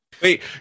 Wait